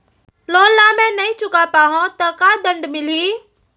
Loan ला मैं नही चुका पाहव त का दण्ड मिलही?